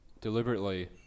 deliberately